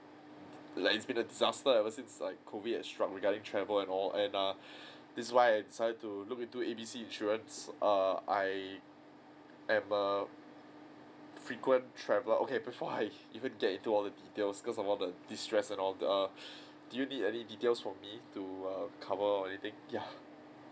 like it's been a disaster ever since like COVID has strike regarding travel and all and uh this why I decided to look into A B C insurance err I am a frequent traveller okay before I even get into all the details cause of the distress and all do you need any details from me to err cover or anything ya